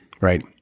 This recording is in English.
Right